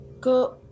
Go